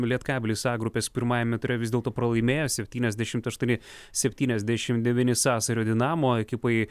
lietkabelis a grupės pirmajame ture vis dėlto pralaimėjo septyniasdešimt aštuoni septyniasdešimt devyni sasario dinamo ekipai